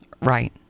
Right